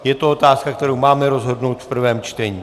Je to otázka, kterou máme rozhodnout v prvém čtení.